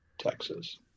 Texas